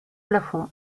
plafond